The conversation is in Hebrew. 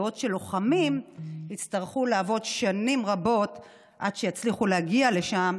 ואילו לוחמים יצטרכו לעבוד שנים רבות עד שיצליחו להגיע לשם,